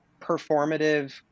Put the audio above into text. performative